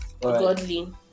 Godly